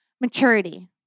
maturity